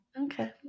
Okay